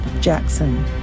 Jackson